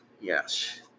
Yes